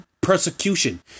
persecution